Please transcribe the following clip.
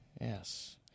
Yes